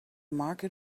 market